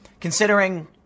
considering